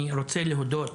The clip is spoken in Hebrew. אני רוצה להודות